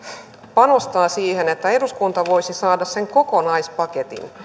panostaa siihen että eduskunta voisi saada sen kokonaispaketin